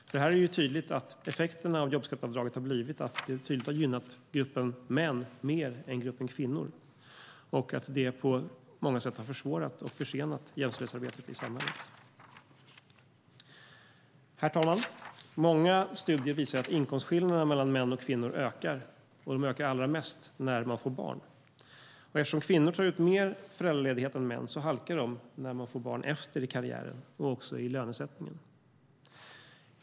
Det är tydligt att effekterna av jobbskatteavdraget har blivit att det har gynnat gruppen män mer än gruppen kvinnor. Det har på många sätt försvårat och försenat jämställdhetsarbetet i samhället. Herr talman! Många studier visar att inkomstskillnaderna mellan män och kvinnor ökar, och de ökar allra mest när man får barn. Eftersom kvinnor tar ut mer föräldraledighet än män halkar de efter i karriären och i lönesättningen.